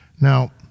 Now